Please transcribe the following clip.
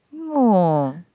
no